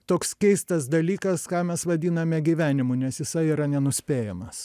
toks keistas dalykas ką mes vadiname gyvenimu nes jisai yra nenuspėjamas